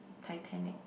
Titanic